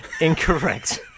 Incorrect